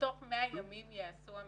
שבתוך מאה ימים ייעשו המינויים.